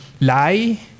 lie